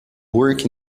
work